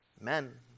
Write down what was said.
Men